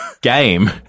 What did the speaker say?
game